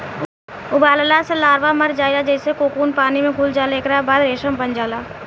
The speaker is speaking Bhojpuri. उबालला से लार्वा मर जाला जेइसे कोकून पानी में घुल जाला एकरा बाद रेशम बन जाला